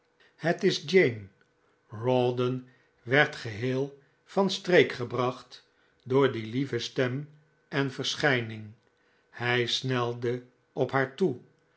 het is jane rawdon werd geheel van streek gebracht door die lieve stem en verschijning hij snelde op haar toe